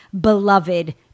beloved